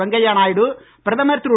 வெங்கையா நாயுடு பிரதமர் திரு